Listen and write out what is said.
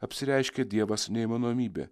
apsireiškė dievas neįmanomybė